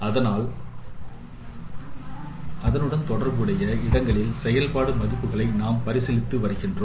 அதனாலும் அதனுடன் தொடர்புடைய இடங்களில் செயல்பாட்டு மதிப்புகளை நாம் பரிசீலித்து வருகிறோம்